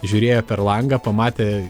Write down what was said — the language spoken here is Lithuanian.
žiūrėjo per langą pamatė